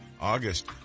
August